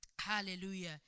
Hallelujah